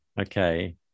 Okay